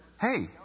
hey